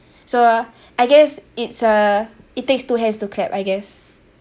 so I guess it's a it takes two hands to clap I guess